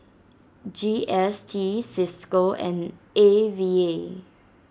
G S T Cisco and A V A